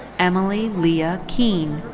emily leah kiehn.